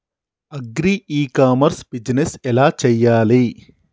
Agri e commerce business ఎలా చెయ్యాలి?